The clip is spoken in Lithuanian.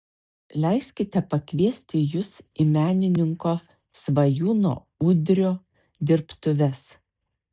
leiskite pakviesti jus į menininko svajūno udrio dirbtuves